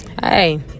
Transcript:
hey